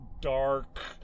dark